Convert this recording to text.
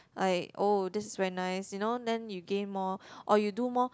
like oh this is very nice you know then you gain more or you do more